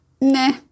nah